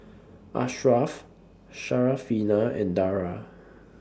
Ashraf Syarafina and Dara